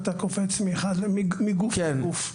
אתה קופץ מגוף לגוף.